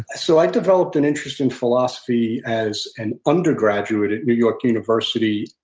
i so i developed an interest in philosophy as an undergraduate at new york university.